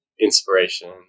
inspiration